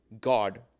God